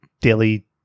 daily